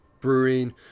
brewing